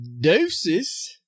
Doses